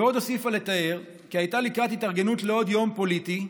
ועוד הוסיפה לתאר כי הייתה לקראת התארגנות לעוד יום פוליטי,